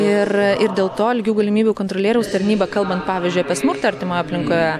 ir ir dėl to lygių galimybių kontrolieriaus tarnyba kalbant pavyzdžiui apie smurtą artimoje aplinkoje